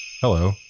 Hello